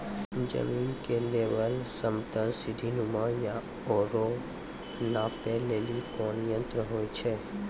जमीन के लेवल समतल सीढी नुमा या औरो नापै लेली कोन यंत्र होय छै?